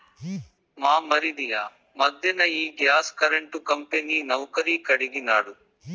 మా మరిది ఆ మధ్దెన ఈ గ్యాస్ కరెంటు కంపెనీ నౌకరీ కడిగినాడు